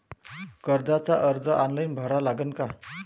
कर्जाचा अर्ज ऑनलाईन भरा लागन का?